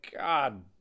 God